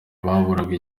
baburaga